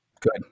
Good